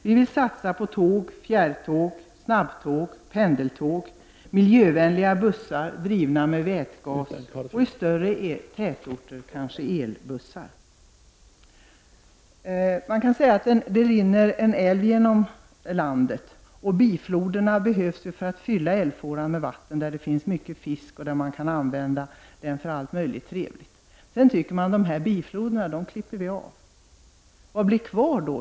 Vi vill satsa på tåg, fjärrtåg, snabbtåg, pendeltåg, miljövänliga bussar drivna med vätgas och i större tätorter kanske elbussar. Man kan säga att det rinner en älv genom landet och att bifloderna behövs för att fylla älvfåran med vatten, Där finns mycket fisk och man kan använda den för allt möjligt trevligt. Sedan tycker man att bifloderna skall klippas av. Vad blir kvar då?